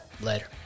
Later